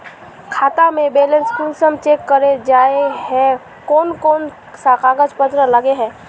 खाता में बैलेंस कुंसम चेक करे जाय है कोन कोन सा कागज पत्र लगे है?